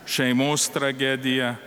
šeimos tragediją